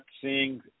seeing